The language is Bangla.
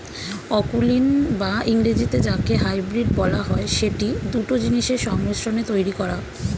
অকুলীন বা ইংরেজিতে যাকে হাইব্রিড বলা হয়, সেটি দুটো জিনিসের সংমিশ্রণে তৈরী করা হয়